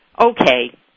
Okay